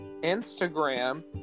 Instagram